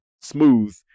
smooth